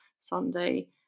Sunday